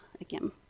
again